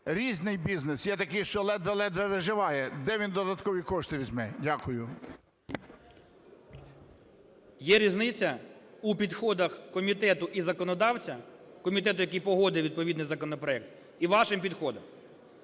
різний бізнес, є такий, що ледве-ледве виживає, де він додаткові кошти візьме? Дякую. 12:00:47 КАПЛІН С.М. Є різниця у підходах комітету і законодавця, комітету, який погодив відповідний законопроект, і вашим підходом.